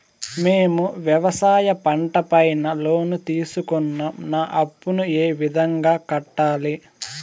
మేము వ్యవసాయ పంట పైన లోను తీసుకున్నాం నా అప్పును ఏ విధంగా కట్టాలి